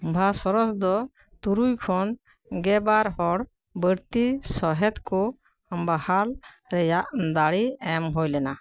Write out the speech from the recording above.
ᱵᱷᱟᱭᱥᱚᱨᱚᱭ ᱫᱚ ᱛᱩᱨᱩᱭ ᱠᱷᱚᱱ ᱜᱮᱵᱟᱨ ᱦᱚᱲ ᱵᱟᱹᱲᱛᱤ ᱥᱚᱦᱮᱫ ᱠᱚ ᱵᱟᱦᱟᱞ ᱨᱮᱱᱟᱜ ᱫᱟᱲᱮ ᱮᱢ ᱦᱩᱭ ᱞᱮᱱᱟ